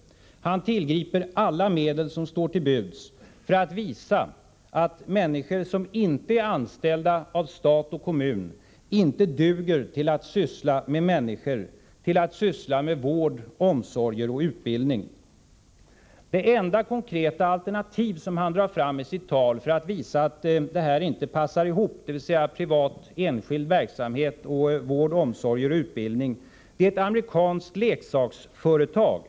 Han tillgriper alla medel som står till buds för att visa att människor som inte är anställda av stat och kommun inte duger till att syssla med människor, till att syssla med vård, omsorger och utbildning. Det enda konkreta exempel som hanii sitt tal drar fram för att visa att privat verksamhet inte passar ihop med vård, omsorger och utbildning är ett amerikanskt leksaksföretag.